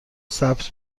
ثبت